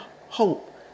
hope